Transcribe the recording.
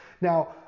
Now